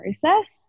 process